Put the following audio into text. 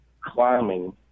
climbing